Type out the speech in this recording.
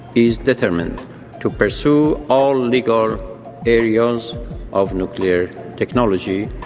is determined to pursue all legal areas of nuclear technology,